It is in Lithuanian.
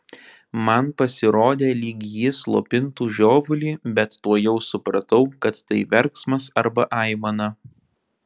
man pasirodė lyg ji slopintų žiovulį bet tuojau supratau kad tai verksmas arba aimana